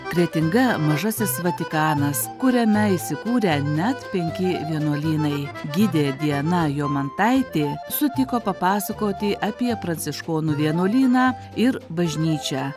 kretinga mažasis vatikanas kuriame įsikūrę net penki vienuolynai gidė diana jomantaitė sutiko papasakoti apie pranciškonų vienuolyną ir bažnyčią